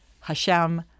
Hashem